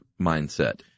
mindset